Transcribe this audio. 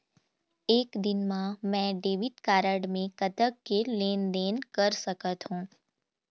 एक दिन मा मैं डेबिट कारड मे कतक के लेन देन कर सकत हो?